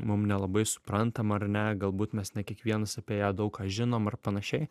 mum nelabai suprantama ar ne galbūt mes ne kiekvienas apie ją daug ką žinom ar panašiai